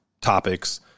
topics